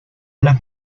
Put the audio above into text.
las